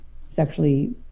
sexually